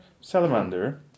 salamander